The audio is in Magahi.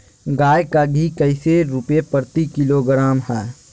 गाय का घी कैसे रुपए प्रति किलोग्राम है?